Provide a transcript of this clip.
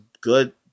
good